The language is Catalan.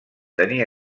tenia